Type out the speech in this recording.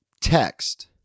text